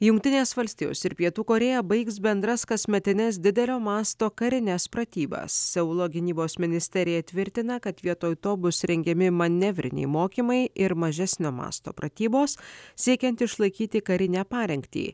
jungtinės valstijos ir pietų korėja baigs bendras kasmetines didelio masto karines pratybas seulo gynybos ministerija tvirtina kad vietoj to bus rengiami manevriniai mokymai ir mažesnio masto pratybos siekiant išlaikyti karinę parengtį